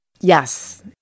Yes